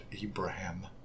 Abraham